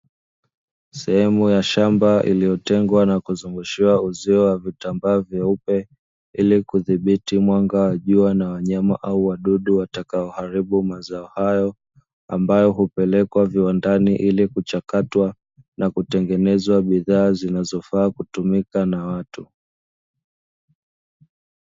Sehemu ya shamba iliyotengwa na kuzungushiwa uzio wa vitambaa vyeupe, ili kudhibiti mwanga wa jua na wanyama au wadudu watakaoharibu mazao yao, ambayo hupelekwa viwandani ili kuchakatwa, na kutengeneza bidhaa zinazofaa kutumika na watu.